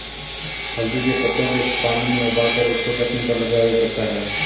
हल्दी के पत्तों के पानी में उबालकर उसको जख्म पर लगाया जा सकता है